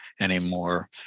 anymore